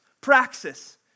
Praxis